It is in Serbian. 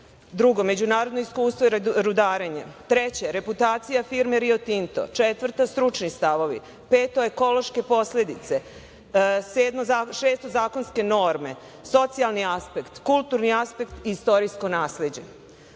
dva - međunarodno iskustvo rudarenja, pod tri – reputacija firme Rio Tinto, četvrta – stručni stavovi, peto – ekološke posledice, šesto – zakonske norme, socijalni aspekt, kulturni aspekt i istorijsko nasleđe. Pod